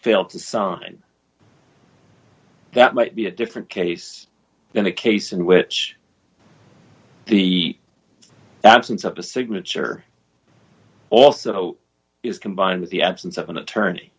failed to sign that might be a different case than a case in which the absence of a signature also is combined with the absence of an attorney